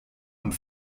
und